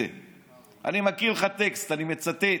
אני מקריא לך טקסט, אני מצטט: